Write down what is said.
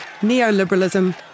neoliberalism